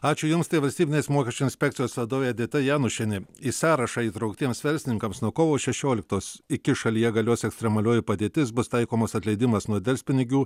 ačiū jums tai valstybinės mokesčių inspekcijos vadovė edita janušienė į sąrašą įtrauktiems verslininkams nuo kovo šešioliktos iki šalyje galios ekstremalioji padėtis bus taikomas atleidimas nuo delspinigių